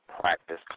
practice